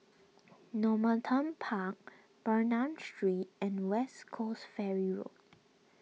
Normanton Park Bernam Street and West Coast Ferry Road